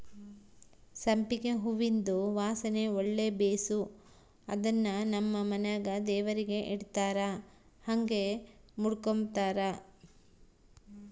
ಸಂಪಿಗೆ ಹೂವಿಂದು ವಾಸನೆ ಒಳ್ಳೆ ಬೇಸು ಅದುನ್ನು ನಮ್ ಮನೆಗ ದೇವರಿಗೆ ಇಡತ್ತಾರ ಹಂಗೆ ಮುಡುಕಂಬತಾರ